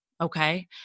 Okay